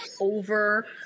over